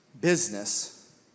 business